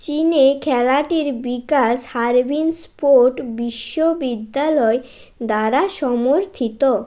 চীনে খেলাটির বিকাশ হারবিন স্পোর্ট বিশ্ববিদ্যালয় দ্বারা সমর্থিত